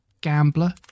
Gambler